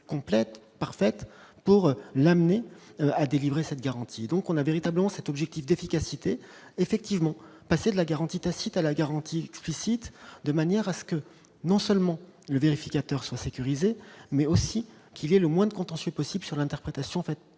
complète parfaite pour l'amener à délivrer cette garantie, et donc on a véritablement cet objectif d'efficacité effectivement passer de la garantie tacite à la garantie explicite de manière à ce que non seulement le vérificateur sont sécurisés mais aussi qu'il y ait le moins de contentieux possibles sur l'interprétation faite